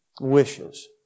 wishes